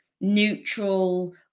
neutral